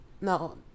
No